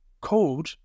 code